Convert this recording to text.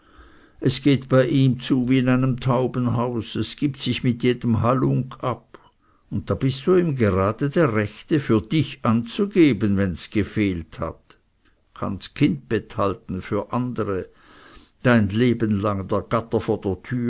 es geht bei ihm wie in einem taubenhaus es gibt sich mit je dem halunk ab und da bist du ihm gerade der rechte für dich anzugeben wenns gefehlt hat kannst kindbett halten für andere dein leben lang der gatter